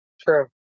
True